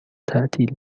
تعطیل